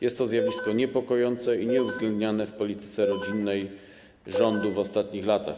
Jest to zjawisko niepokojące i nieuwzględniane w polityce rodzinnej rządu w ostatnich latach.